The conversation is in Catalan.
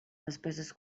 despeses